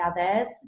others